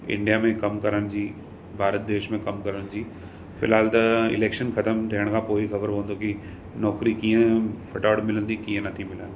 India में कमु करण जी भारत देश में कमु करण जी फ़िलहालु त इलैक्शन ख़तमु थियण खां पोइ ई ख़बर पवंदो कि नौकिरी कीअं फटाफट मिलंदी कीअं नथी मिलनि